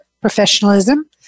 professionalism